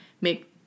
make